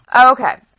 Okay